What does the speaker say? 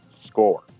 score